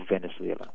Venezuela